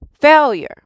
failure